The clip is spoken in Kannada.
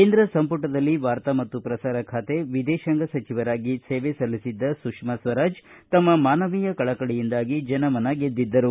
ಕೇಂದ್ರ ಸಂಪುಟದಲ್ಲಿ ವಾರ್ತಾ ಮತ್ತು ಪ್ರಸಾರ ಖಾತೆ ವಿದೇಶಾಂಗ ಸಚಿವರಾಗಿ ಸೇವೆ ಸಲ್ಲಿಸಿದ್ದ ಸುಷ್ಮಾ ಸ್ವರಾಜ್ ತಮ್ಮ ಮಾನವೀಯ ಕಳಕಳಿಯಿಂದಾಗಿ ಜನಮನ ಗೆದ್ದಿದ್ದರು